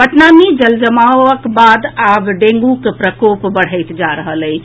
पटना मे जलजमावक बाद आब डेंग्रक प्रकोप बढ़ैत जा रहल अछि